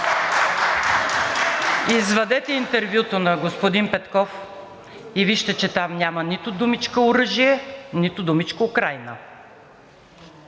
Извадете интервюто на господин Петков и вижте, че там няма нито думичка „оръжие“, нито думичка „Украйна“.